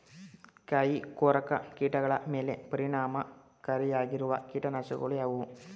ಕಾಯಿಕೊರಕ ಕೀಟಗಳ ಮೇಲೆ ಪರಿಣಾಮಕಾರಿಯಾಗಿರುವ ಕೀಟನಾಶಗಳು ಯಾವುವು?